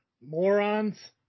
morons